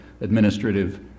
administrative